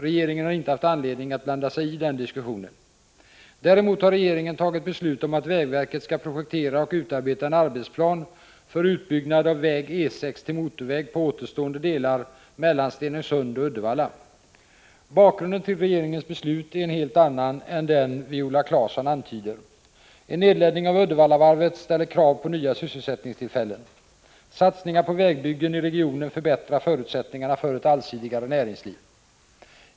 Regeringen har inte haft anledning att blanda sig i den diskussionen. Däremot har regeringen tagit beslut om att vägverket skall projektera och utarbeta en arbetsplan för utbyggnad av väg E 6 till motorväg på återstående delar mellan Stenungsund och Uddevalla. Bakgrunden till regeringens beslut är en helt annan än den Viola Claesson antyder. En nedläggning av Uddevallavarvet ställer krav på nya sysselsättningstillfällen. Satsningar på vägbyggen i regionen förbättrar förutsättningarna för ett allsidigare näringsliv.